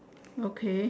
okay